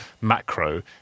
macro